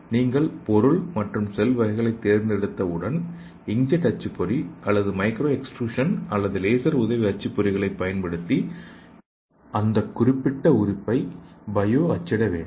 நீங்கள் பொருள் மற்றும் செல் வகையைத் தேர்ந்தெடுத்த உடன் இன்க்ஜெட் அச்சுப்பொறி அல்லது மைக்ரோ எக்ஸ்ட்ரூஷன் அல்லது லேசர் உதவி அச்சுப்பொறிகளைப் பயன்படுத்தி அந்த குறிப்பிட்ட உறுப்பை பயோ அச்சிட வேண்டும்